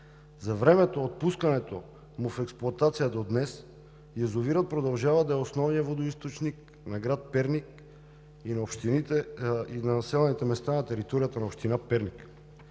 За времето от пускането му в експлоатация до днес язовирът продължава да е основният водоизточник на град Перник и на населените места на територията на община Перник.